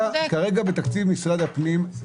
כרגע אין גידול בנושא הזה בתקציב משרד הפנים.